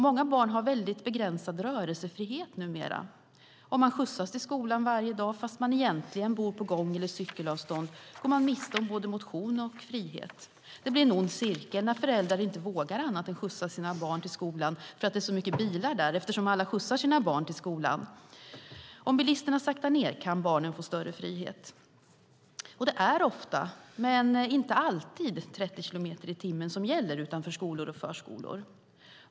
Många barn har väldigt begränsad rörelsefrihet numera. Om man skjutsas till skolan varje dag fast man egentligen bor på gång eller cykelavstånd går man miste om både motion och frihet. Det blir en ond cirkel när föräldrar inte vågar annat än skjutsa sina barn till skolan därför att det är så mycket bilar där, eftersom alla skjutsar sina barn till skolan. Om bilisterna saktar ned kan barnen få större frihet, och det är ofta, men inte alltid, 30 kilometer i timmen som gäller utanför skolor och förskolor.